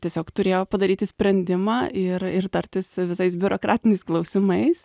tiesiog turėjo padaryti sprendimą ir ir tartis visais biurokratiniais klausimais